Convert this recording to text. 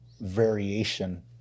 variation